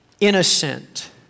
innocent